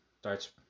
starts